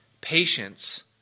patience